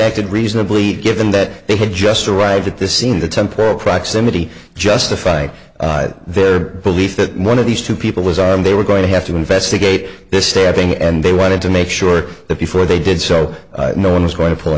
acted reasonably given that they had just arrived at the scene of the temporal proximity justifying their belief that one of these two people was armed they were going to have to investigate this stabbing and they wanted to make sure that before they did so no one was going to pull a